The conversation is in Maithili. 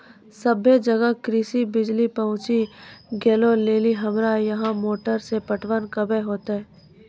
सबे जगह कृषि बिज़ली पहुंची गेलै लेकिन हमरा यहाँ मोटर से पटवन कबे होतय?